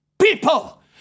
people